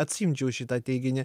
atsiimčiau šitą teiginį